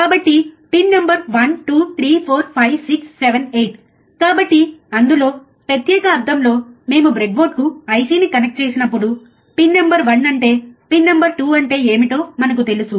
కాబట్టి pin number 1 2 3 4 5 6 7 8 కాబట్టి అందులో ప్రత్యేక అర్ధంలో మేము బ్రెడ్బోర్డుకు IC ని కనెక్ట్ చేసినప్పుడు పిన్ నంబర్ వన్ అంటే పిన్ నంబర్ 2 అంటే ఏమిటో మనకు తెలుసు